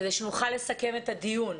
כדי שנוכל לסכם את הדיון.